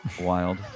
Wild